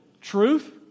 truth